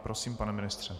Prosím, pane ministře.